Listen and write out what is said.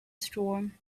storm